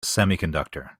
semiconductor